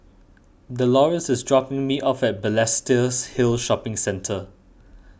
Dolores is dropping me off at Balestiers Hill Shopping Centre